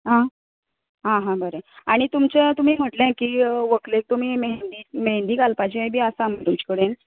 आ आ हा बरें आनी तुमचें तुमी म्हटलें कि व्हंकलेक तुमी मेहंदी मेहंदी घालपाचे बी आसा म्हण तुमचे कडेन